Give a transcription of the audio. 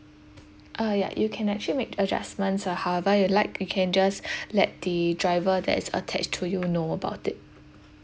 uh ya you can actually make adjustments lah however you like you can just let the driver that's attached to you know about it